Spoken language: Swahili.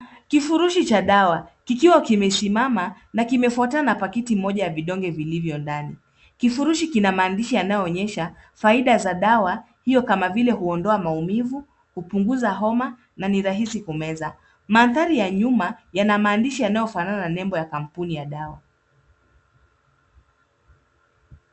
Kifurushi cha dawa, kikiwa kimesimama na kimefwatana na pakiti moja ya vidonge vilivyo ndani. Kifurushi kina mandishi yanayo onyesha faida za dawa, hiyo kama vile huondoa maumivu, upunguza homa na nirahisi kumeza. Maathari ya nyuma yana mandishi yanayo fanana na nembo ya kampuni ya dawa.